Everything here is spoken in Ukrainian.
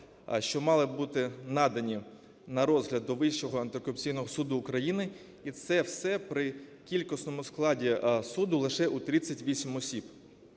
що мали б бути надані на розгляд до Вищого антикорупційного суду України. І це все при кількісному складі суду лише у 38 осіб.